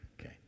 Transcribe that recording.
Okay